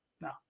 No